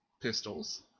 pistols